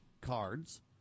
cards